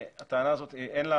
הטענה הזאת אין לה